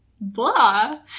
Blah